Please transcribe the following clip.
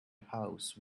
house